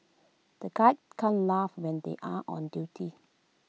the guards can't laugh when they are on duty